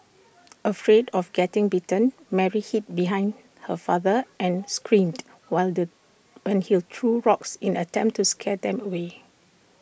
afraid of getting bitten Mary hid behind her father and screamed while the threw rocks in attempt to scare them away